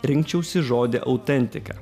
rinkčiausi žodį autentika